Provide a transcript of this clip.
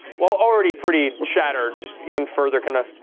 while already pretty shattered, just even further kind of